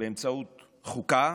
באמצעות חוקה,